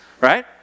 Right